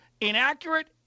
inaccurate